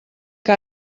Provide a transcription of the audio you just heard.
que